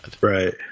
Right